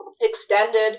extended